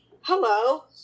hello